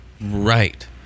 Right